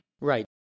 Right